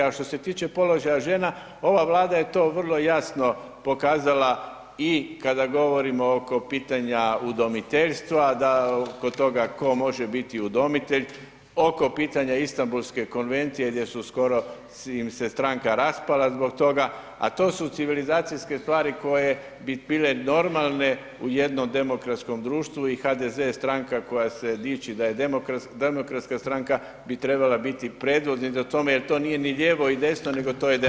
A što se tiče položaja žena, ova Vlada je to vrlo jasno pokazala i kada govorimo oko pitanja udomiteljstva da kod toga ko može biti udomitelj, oko pitanja Istambulske konvencije gdje su skoro im se stranka raspala zbog toga, a to su civilizacijske stvari koje bi bile normalne u jednom demokratskom društvu i HDZ je stranka koja se diči da je demokratska stranka bi trebala biti predvodnik u tome jer to nije ni ljevo i desno, nego to je demokratski.